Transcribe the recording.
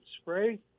spray